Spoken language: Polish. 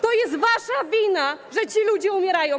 To jest wasza wina, że ci ludzie umierają.